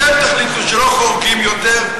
אתם תחליטו שלא חורגים יותר,